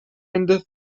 into